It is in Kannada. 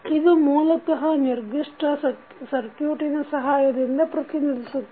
ಇದು ಮೂಲತಃ ನಿರ್ಧಿಷ್ಟ ಸಕ್ರ್ಯುಟಿನ ಸಹಾಯದಿಂದ ಪ್ರತಿನಿಧಿಸುತ್ತದೆ